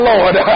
Lord